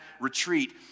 retreat